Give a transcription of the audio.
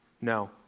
No